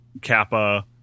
Kappa